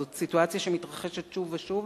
זאת סיטואציה שמתרחשת שוב ושוב,